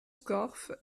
scorff